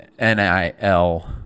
nil